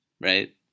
Right